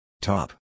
Top